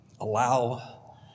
allow